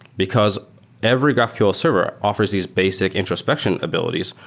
because every graphql server offers these basic introspection abilities,